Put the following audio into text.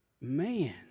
Man